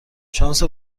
شانس